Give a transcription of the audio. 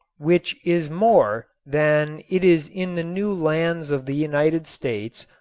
which is more than it is in the new lands of the united states,